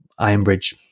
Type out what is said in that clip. Ironbridge